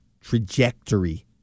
trajectory